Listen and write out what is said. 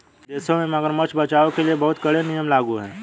विदेशों में मगरमच्छ बचाओ के लिए बहुत कड़े नियम लागू हैं